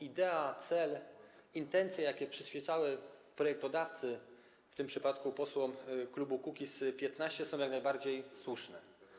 Idea, cel, intencje, jakie przyświecały projektodawcy, w tym przypadku posłom klubu Kukiz’15, są jak najbardziej słuszne.